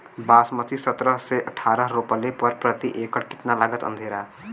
बासमती सत्रह से अठारह रोपले पर प्रति एकड़ कितना लागत अंधेरा?